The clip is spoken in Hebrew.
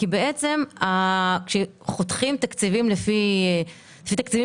כי בעצם כשחותכים תקציבים לפי תקציבים